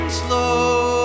slow